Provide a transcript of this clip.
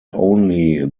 only